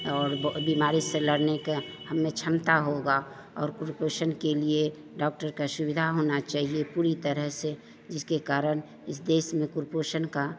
और बीमारी से लड़ने की हम में क्षमता होगी और कुपोषण के लिए डॉक्टर की सुविधा होनी चाहिए पूरी तरह से जिसके कारण इस देश में कुपोषण का